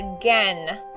again